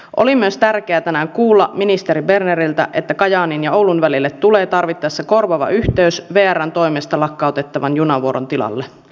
oli myös tärkeää tänään kuulla ministeri berneriltä että kajaanin ja oulun välille tulee tarvittaessa korvaava yhteys vrn toimesta lakkautettavan junavuoron tilalle